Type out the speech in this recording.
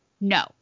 No